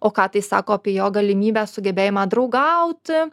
o ką tai sako apie jo galimybes sugebėjimą draugauti